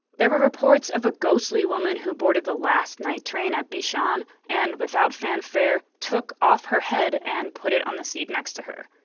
there were reports of a ghostly woman who boarded the last night train at bishan and without fan fare took off her head and put it on the seat next to her.